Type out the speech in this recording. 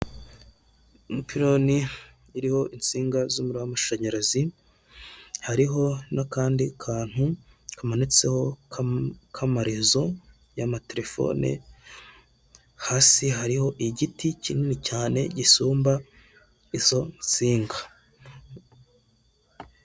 Ipironi iriho insinga z'umuriro w'amashanyarazi, hariho n'akandi kantu kamanitseho k'amarezo y'ama telefone. Hasi hariho igiti kinini cyane gisumba izo nsinga.